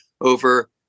over